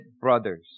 brothers